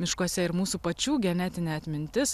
miškuose ir mūsų pačių genetinė atmintis